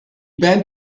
band